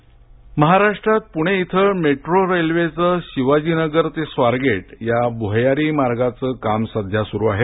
metro श्रद्दा महाराष्ट्रात पुणे इथं मेट्रो रेल्वेचं शिवाजी नगर ते स्वारगेट या भुयारी मार्गाचं काम सध्या सुरु आहे